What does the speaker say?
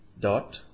dot